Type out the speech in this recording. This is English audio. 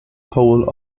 pole